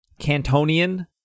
Cantonian